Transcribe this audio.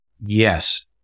Yes